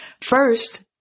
First